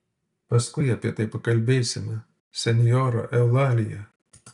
paskui apie tai pakalbėsime senjora eulalija